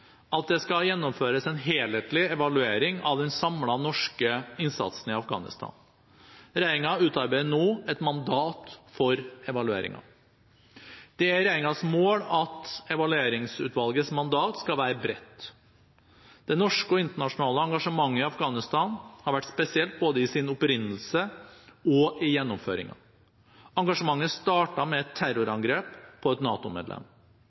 at det skal gjennomføres en helhetlig evaluering av den samlede norske innsatsen i Afghanistan. Regjeringen utarbeider nå et mandat for evalueringen. Det er regjeringens mål at evalueringsutvalgets mandat skal være bredt. Det norske og internasjonale engasjementet i Afghanistan har vært spesielt, både i sin opprinnelse og i gjennomføringen. Engasjementet startet med et terrorangrep på et